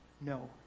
no